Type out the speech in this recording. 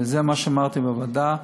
זה מה שאמרתי בוועדה.